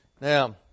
Now